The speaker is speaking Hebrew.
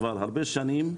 כבר הרבה שנים,